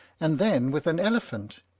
and then with an elephant.